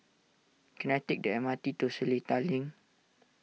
can I take the M R T to Seletar Link